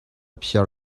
phiar